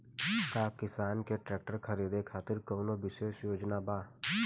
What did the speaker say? का किसान के ट्रैक्टर खरीदें खातिर कउनों विशेष योजना बा?